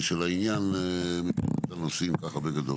של העניין מבחינת הנושאים בגדול.